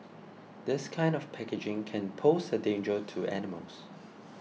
this kind of packaging can pose a danger to animals